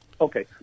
Okay